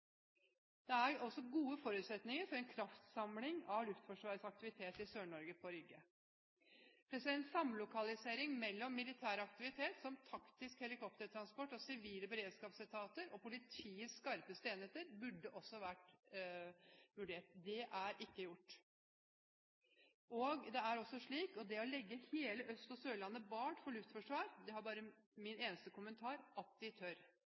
Det er også gode forutsetninger for en kraftsamling av Luftforsvarets aktiviteter i Sør-Norge, på Rygge. Samlokalisering mellom militær aktivitet – som taktisk helikoptertransport, sivile beredskapsetater – og politiets skarpeste enheter burde også vært vurdert. Det er ikke gjort. Det er også slik at når det gjelder å legge hele Østlandet og Sørlandet bart for luftforsvar, er min eneste kommentar: At de tør!